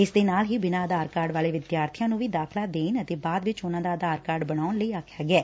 ਇਸ ਦੇ ਨਾਲ ਹੀ ਬਿਨਾ ਆਧਾਰ ਕਾਰਡ ਵਾਲੇ ਵਿਦਿਆਰਬੀਆਂ ਨੂੰ ਵੀ ਦਾਖਲਾ ਦੇਣ ਅਤੇ ਬਾਅਦ ਵਿੱਚ ਉਨਾਂ ਦਾ ਆਧਾਰ ਕਾਰਡ ਬਨਾਉਣ ਲਈ ਆਖਿਆ ਗਿਐ